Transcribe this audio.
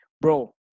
bro